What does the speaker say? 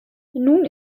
nun